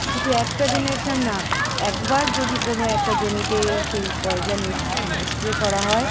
শুধু একটা জেনারেশান না একবার যদি কোনো একটা জমিতে সেই পয়সা নিয়ে স্প্রে করা হয়